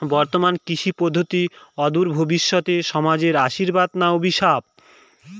বর্তমান কৃষি পদ্ধতি অদূর ভবিষ্যতে সমাজে আশীর্বাদ না অভিশাপ?